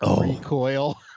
recoil